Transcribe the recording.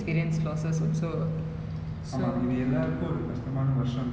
the film and the I think the entertainment industry has been affected a lot